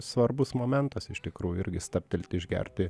svarbus momentas iš tikrųjų irgi stabtelti išgerti